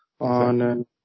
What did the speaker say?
on